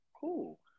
Cool